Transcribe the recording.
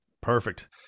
Perfect